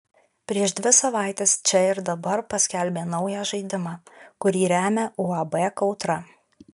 prieš dvi savaites čia ir dabar paskelbė naują žaidimą kurį remia uab kautra